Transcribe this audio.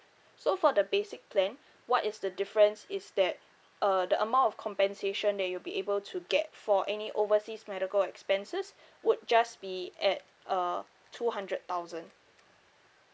so for the basic plan what is the difference is that uh the amount of compensation that you'll be able to get for any overseas medical expenses would just be at uh two hundred thousand